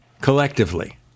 collectively